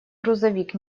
грузовик